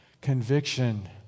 conviction